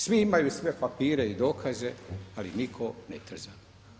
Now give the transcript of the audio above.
Svi imaju sve papire i dokaze, ali nitko ne trza.